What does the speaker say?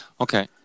okay